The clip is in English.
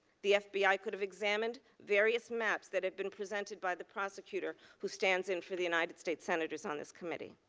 the fbi could have examined various maps that have been presented by the prosecutor who stands in for the united states senate on this committee.